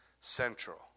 central